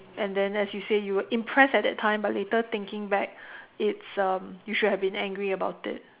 and then as you say you were impressed at that time but later thinking back it's um you should have been angry about it